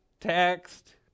text